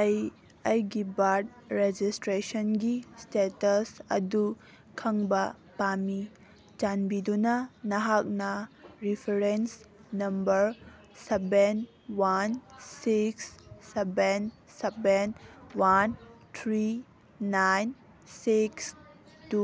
ꯑꯩ ꯑꯩꯒꯤ ꯕꯥꯔꯠ ꯔꯦꯖꯤꯁꯇ꯭ꯔꯦꯁꯟꯒꯤ ꯏꯁꯇꯦꯇꯁ ꯑꯗꯨ ꯈꯪꯕ ꯄꯥꯝꯃꯤ ꯆꯥꯟꯕꯤꯗꯨꯅ ꯅꯍꯥꯛꯅ reference number seven one six seven seven one three nine six two